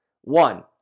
One